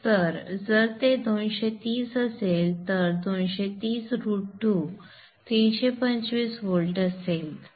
तर जर ते 230 असेल तर ते 230 √2 325 व्होल्ट असेल